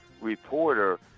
reporter